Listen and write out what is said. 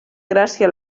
gràcia